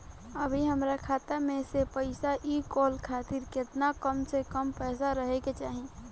अभीहमरा खाता मे से पैसा इ कॉल खातिर केतना कम से कम पैसा रहे के चाही?